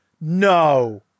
No